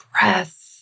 breath